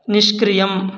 निष्क्रियम्